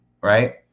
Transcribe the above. Right